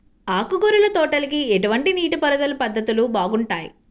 ఆకుకూరల తోటలకి ఎటువంటి నీటిపారుదల పద్ధతులు బాగుంటాయ్?